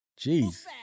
Jeez